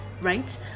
right